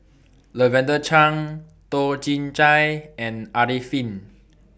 Lavender Chang Toh Chin Chye and Arifin